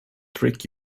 trick